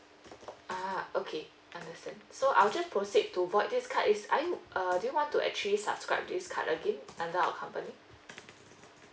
ah okay understand so I'll just proceed to void this card is are you err do you want to actually subscribe this card again under our company